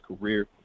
career